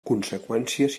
conseqüències